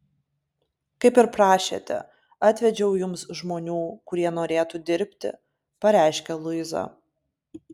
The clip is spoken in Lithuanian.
kaip ir prašėte atvedžiau jums žmonių kurie norėtų dirbti pareiškia luiza